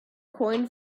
coin